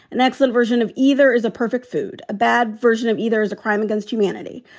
an excellent version of either is a perfect food, a bad version of either is a crime against humanity.